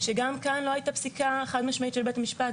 גם כאן לא הייתה פסיקה חד-משמעית של בית המשפט.